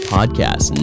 Podcast